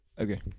Okay